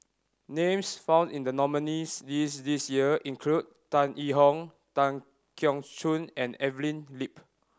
names found in the nominees' list this year include Tan Yee Hong Tan Keong Choon and Evelyn Lip